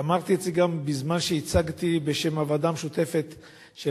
אמרתי את זה גם בזמן שהצגתי בשם הוועדה המשותפת של